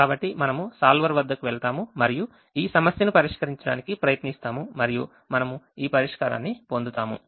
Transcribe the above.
కాబట్టి మనము solver వద్దకు వెళ్తాము మరియు ఈ సమస్యను పరిష్కరించడానికి ప్రయత్నిస్తాము మరియు మనము ఈ పరిష్కారాన్ని పొందుతాము